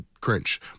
cringe